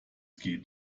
geht